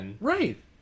Right